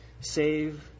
save